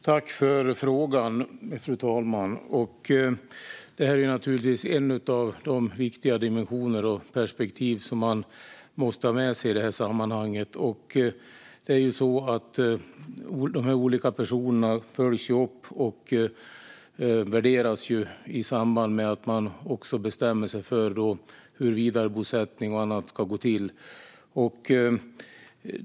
Fru talman! Tack, Sven-Olof Sällström, för frågan! Detta är naturligtvis en av de dimensioner och ett av de perspektiv som det är viktigt att ha med sig i detta sammanhang. Dessa olika personer följs upp och värderas i samband med att man bestämmer sig för hur vidarebosättning och annat ska gå till.